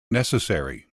necessary